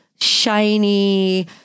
shiny